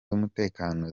umutekano